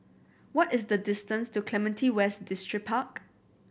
what is the distance to Clementi West Distripark